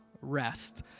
rest